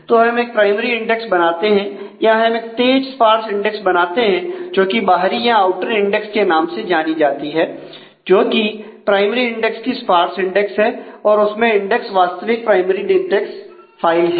तो हम एक प्राइमरी इंडेक्स बनाते हैं या हम एक तेज स्पार्स इंडेक्स बनाते हैं जोकि बाहरी या आउटर इंडेक्स के नाम से जानी जाती है जोकि प्राइमरी इंडेक्स की स्पार्स इंडेक्स है और उसमें इंडेक्स वास्तविक प्राइमरी इंडेक्स फाइल है